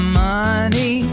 money